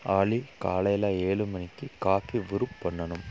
ஆலி காலையில் ஏழு மணிக்கு காஃபி ப்ரூ பண்ணணும்